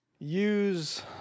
Use